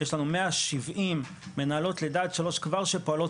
יש לנו 170 מנהלות לידה עד שלוש כבר שפועלות